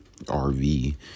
rv